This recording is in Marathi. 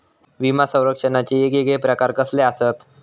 विमा सौरक्षणाचे येगयेगळे प्रकार कसले आसत?